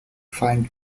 find